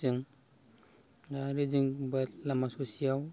जों दा आरो जों बे लामा ससेयाव